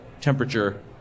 temperature